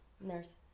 nurses